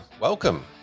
Welcome